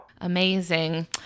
Amazing